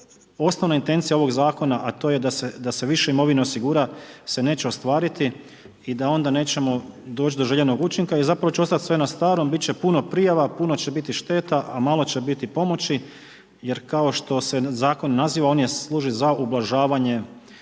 osnovna intencija ovog Zakona, a to je da se više imovine osigura se neće ostvariti i da onda nećemo doći do željenog učinka i zapravo će ostati sve na starom. Biti će puno prijava, puno će biti šteta, a malo će biti pomoći jer kao što se Zakon naziva, on služi za ublažavanje